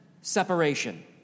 separation